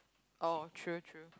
oh true true